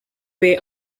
way